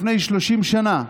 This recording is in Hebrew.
לפני 30 שנה,